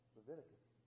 Leviticus